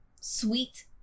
sweet